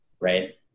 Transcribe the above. right